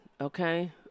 Okay